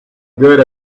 good